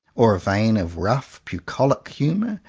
or a vein of rough bucolic humour,